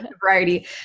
variety